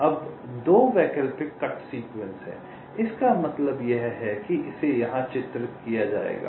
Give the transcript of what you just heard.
अब 2 वैकल्पिक cut sequence हैं इसका मतलब यह है कि इसे यहाँ चित्रित किया जाएगा